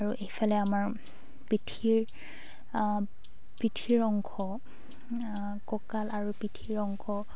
আৰু এইফালে আমাৰ পিঠিৰ পিঠিৰ অংশ কঁকাল আৰু পিঠিৰ অংশ